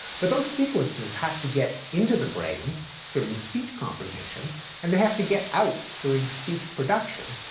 but those sequences have to get into the brain during speech comprehension and they have to get out during speech production.